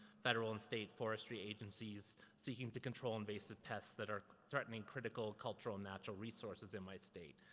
federal and state forestry agencies seeking to control invasive pests that are threatening critical cultural natural resources in my state.